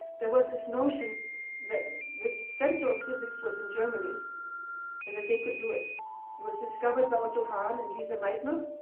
there was this notion that the center of physics was in germany and that they could do it. it was discovered by otto hahn and lise ah meitner.